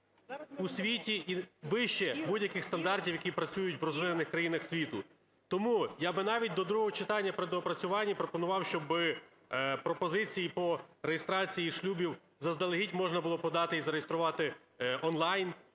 у світі і вище будь-яких стандартів, які працюють у розвинених країнах світу. Тому я би навіть до другого читання при доопрацюванні пропонував, щоб пропозиції по реєстрації шлюбів заздалегідь можна було подати і зареєструвати онлайн,